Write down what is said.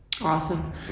awesome